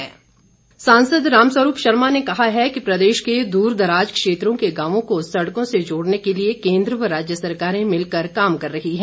रामस्वरूप सांसद रामस्वरूप शर्मा ने कहा है कि प्रदेश के दूरदराज क्षेत्रों के गांवों को सड़क से जोड़ने के लिए केंद्र व राज्य सरकारें मिलकर काम कर रही हैं